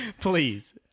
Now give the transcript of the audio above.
Please